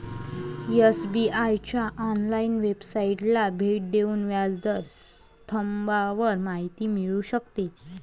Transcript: SBI च्या online वेबसाइटला भेट देऊन व्याज दर स्तंभावर माहिती मिळू शकते